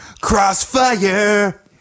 Crossfire